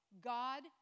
God